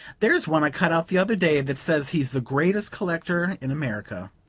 there's one i cut out the other day that says he's the greatest collector in america.